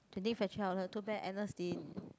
today factory outlet too bad Agnes didn't